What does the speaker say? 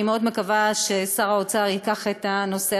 אני מקווה מאוד ששר האוצר ייקח את הנושא